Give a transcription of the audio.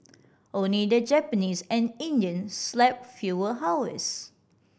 only the Japanese and Indians slept fewer hours